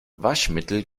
waschmittel